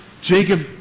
jacob